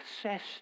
obsessed